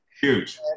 Huge